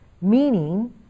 meaning